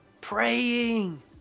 praying